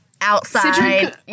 Outside